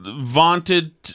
vaunted